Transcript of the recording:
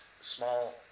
small